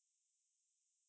err